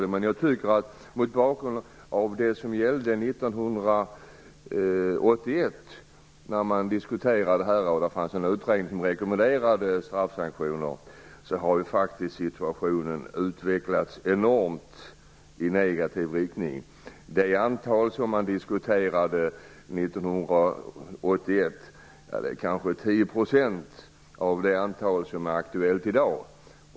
Jag tycker dock att utvecklingen, mot bakgrund av vad som gällde 1981, då man diskuterade det här och en utredning rekommenderade straffsanktioner, har varit enormt negativ. Det antal som diskuterades 1981 är kanske 10 % av det antal som är aktuellt i dag.